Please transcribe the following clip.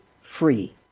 free